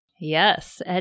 Yes